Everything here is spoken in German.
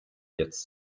jetzt